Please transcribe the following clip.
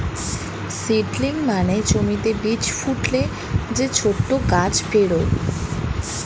seedling মানে জমিতে বীজ ফুটলে যে ছোট গাছ বেরোয়